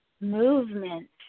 movement